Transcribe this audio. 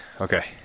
Okay